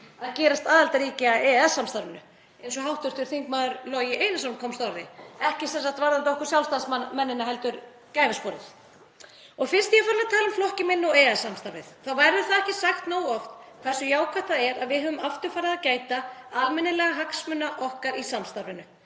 að gerast aðildarríki að EES-samstarfinu eins og hv. þm. Logi Einarsson komst að orði, ekki sem sagt varðandi okkur Sjálfstæðismennina heldur gæfusporið. Fyrst ég tala um flokkinn minn og EES-samstarfið verður ekki sagt nógu oft hversu jákvætt það er að við höfum aftur farið að gæta almennilega hagsmuna okkar í samstarfinu.